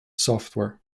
software